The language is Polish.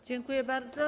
Dziękuję bardzo.